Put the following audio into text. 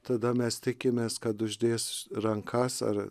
tada mes tikimės kad uždės rankas ar